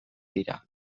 dira